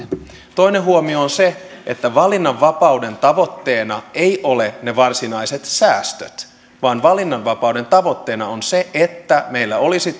toinen huomio on se että valinnanvapauden tavoitteena eivät ole ne varsinaiset säästöt vaan valinnanvapauden tavoitteena on se että meillä olisi